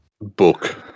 book